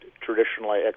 traditionally